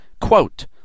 Quote